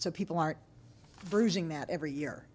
so people are bruising that every year